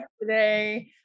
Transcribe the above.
today